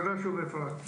תודה שוב, אפרת.